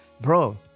bro